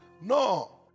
No